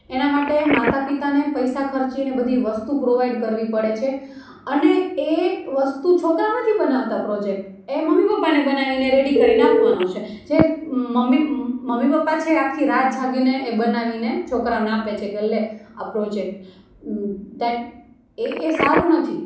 એના માટે માતા પિતાને પૈસા ખર્ચીને બધી વસ્તુ પ્રોવાઈડ કરવી પડે છે અને એ વસ્તુ છોકરાઓ નથી બનાવતા પ્રોજેક્ટ એ મમ્મી પપ્પાને બનાવીને રેડી કરીને આપવાનો છે જે મમ્મી મમ્મી પપ્પા છે આખી રાત જાગીને એ બનાવીને છોકરાઓને આપે છે કે લે આ પ્રોજેક્ટ ધેટ એ એ સારું નથી